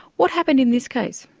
what happened in this case?